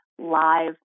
live